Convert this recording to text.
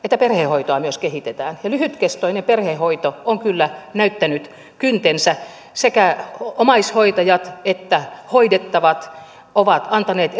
myös perhehoitoa kehitetään ja lyhytkestoinen perhehoito on kyllä näyttänyt kyntensä sekä omaishoitajat että hoidettavat ovat antaneet